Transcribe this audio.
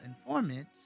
informant